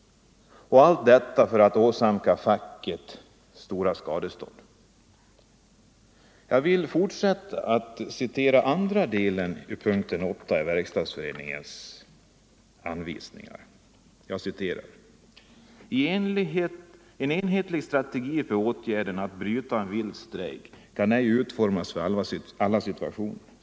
Allt detta för att åsamka facket stora skadestånd. Jag vill fortsätta att citera andra delen av punkten 8 i Verkstadsföreningens anvisningar: ”En enhetlig strategi för åtgärderna att bryta en vild strejk kan ej utformas för alla situationer.